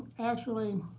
actually,